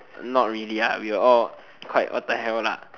not really ah we're all quite what the hell lah